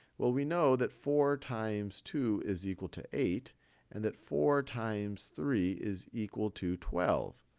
well, we know that four times two is equal to eight and that four times three is equal to twelve.